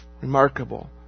Remarkable